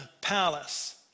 palace